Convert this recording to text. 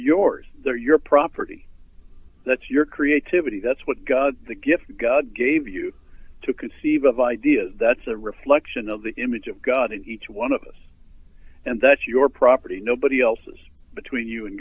yours they're your property that's your creativity that's what the gift god gave you to conceive of ideas that's a reflection of the image of god in each one of us and that's your property nobody else has between you and